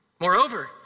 Moreover